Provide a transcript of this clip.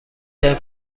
ترین